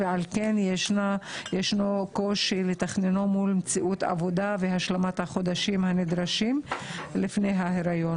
יש קושי לתכננו מול מציאת עבודה והשלמת החודשים הנדרשים לפני ההיריון,